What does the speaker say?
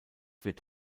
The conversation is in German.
wird